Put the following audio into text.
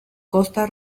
costa